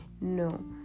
No